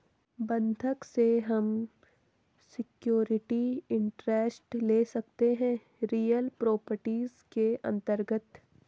बंधक से हम सिक्योरिटी इंटरेस्ट ले सकते है रियल प्रॉपर्टीज के अंतर्गत